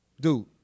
dude